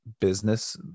business